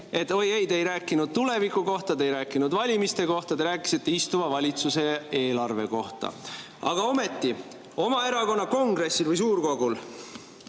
et oi ei, te ei rääkinud tuleviku kohta, te ei rääkinud valimiste kohta, te rääkisite istuva valitsuse eelarve kohta. Aga ometi, oma erakonna kongressil või suurkogul